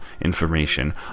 information